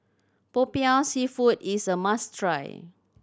Popiah Seafood is a must try